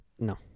No